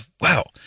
wow